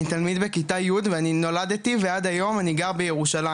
אני תלמיד בכיתה י' ואני נולדתי ועד היום אני גר בירושלים,